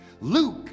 Luke